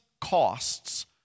costs